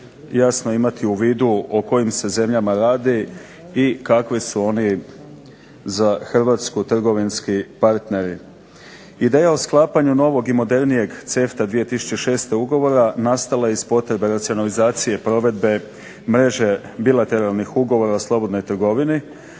jasno imati u vidu o kojim se zemljama radi kakve su oni za Hrvatsku trgovinski partneri. Ideja o sklapanju novog i modernijeg CEFTA 2006. ugovora nastala je iz potrebe racionalizacije provedbe mreže bilateralnih ugovora o slobodnoj trgovini